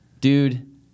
dude